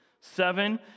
Seven